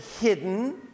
hidden